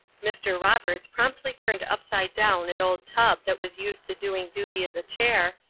mr. roberts promptly turned upside down an old tub that was used to doing duty as a chair,